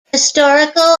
historical